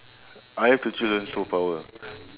I have to choose a superpower